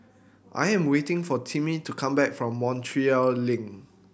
I am waiting for Timmy to come back from Montreal Link